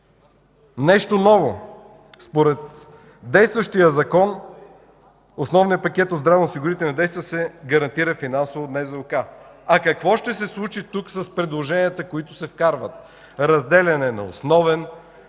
Нещо ново! Според действащия закон основният пакет от здравноосигурителни дейности се гарантира финансово от НЗОК. Какво ще се случи тук с предложенията, които се вкарват – разделяне на основен